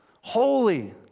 Holy